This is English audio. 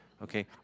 Okay